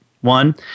one